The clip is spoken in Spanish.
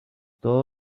todo